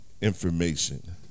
information